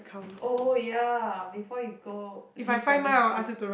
oh ya before you go leave primary school